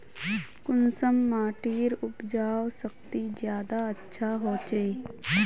कुंसम माटिर उपजाऊ शक्ति ज्यादा अच्छा होचए?